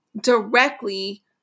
directly